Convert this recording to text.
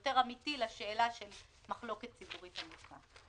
יותר אמתי לשאלה של מחלוקת ציבורית עמוקה.